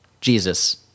Jesus